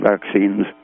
vaccines